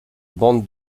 bande